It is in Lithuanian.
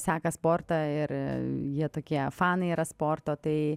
seka sportą ir jie tokie fanai yra sporto tai